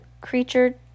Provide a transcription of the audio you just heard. creature